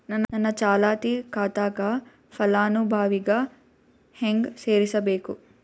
ನನ್ನ ಚಾಲತಿ ಖಾತಾಕ ಫಲಾನುಭವಿಗ ಹೆಂಗ್ ಸೇರಸಬೇಕು?